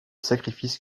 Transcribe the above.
sacrifice